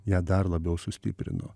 ją dar labiau sustiprino